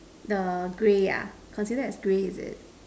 the grey ah considered as grey is it